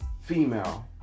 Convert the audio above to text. female